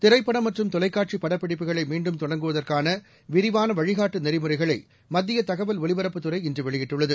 திரைப்படம் மற்றும் தொலைக்காட்சி படப்பிடிப்புகளை மீண்டும் தொடங்குவதற்கான விரிவான வழிகாட்டு நெறிமுறைகளை மத்திய தகவல் ஒலிபரப்புத்துறை இன்று வெளியிட்டுள்ளது